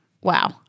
Wow